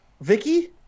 Vicky